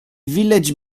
village